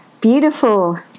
beautiful